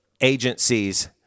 agencies